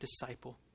disciple